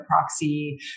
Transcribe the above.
proxy